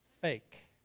Fake